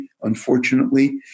unfortunately